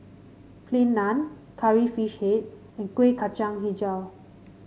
Plain Naan Curry Fish Head and Kueh Kacang hijau